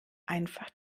einfach